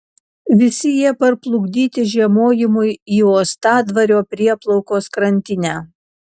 visi jie parplukdyti žiemojimui į uostadvario prieplaukos krantinę